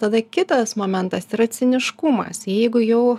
tada kitas momentas yra ciniškumas jeigu jau